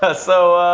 but so, ah.